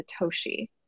satoshi